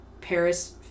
Paris